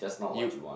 you